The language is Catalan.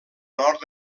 nord